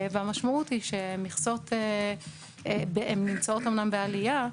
והמשמעות היא שמכסות נמצאות אומנם בעלייה,